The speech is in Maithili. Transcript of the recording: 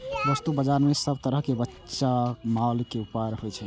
वस्तु बाजार मे सब तरहक कच्चा माल के व्यापार होइ छै